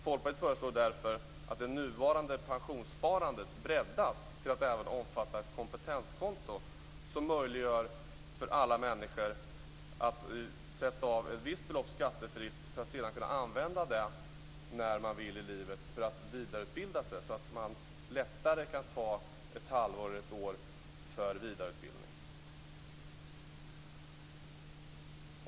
Folkpartiet föreslår därför att det nuvarande pensionssparandet breddas till att även omfatta ett kompetenskonto som möjliggör för alla människor att sätta av ett visst belopp skattefritt för att sedan kunna använda det när man vill i livet för att vidareutbilda sig, så att man lättare kan ta ett halvår eller ett år för vidareutbildning.